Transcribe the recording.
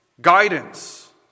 guidance